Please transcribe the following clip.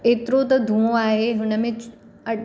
एतिरो त दूंहों आहे हुनमें चौ हटि